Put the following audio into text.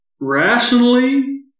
Rationally